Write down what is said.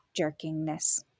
jerkingness